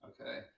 Okay